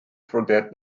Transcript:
forget